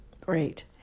Great